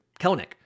Kelnick